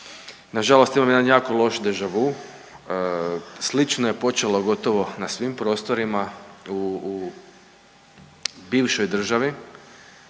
nažalost imam jedan jako loš deja vu. Slično je počelo gotovo na svim prostorima u bivšoj državi,